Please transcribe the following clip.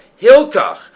Hilkach